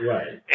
Right